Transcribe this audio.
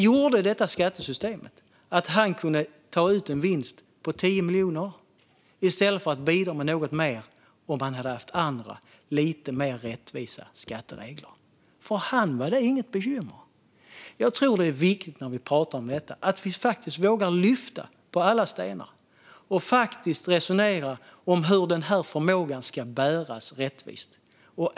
Dagens skattesystem gjorde att han kunde ta ut en vinst på 10 miljoner i stället för att han kunde ha bidragit med lite mer om vi hade haft mer rättvisa skatteregler. För honom var det inget bekymmer. Jag tror att det är viktigt att vi vågar lyfta på alla stenar och resonera om hur denna förmåga ska bäras rättvist.